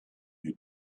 who